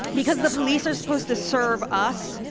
because the police are supposed to serve us,